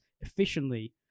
efficiently